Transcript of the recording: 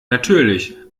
natürlich